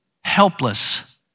helpless